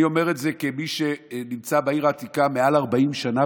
אני אומר את זה כמי שנמצא בעיר העתיקה מעל 40 שנה,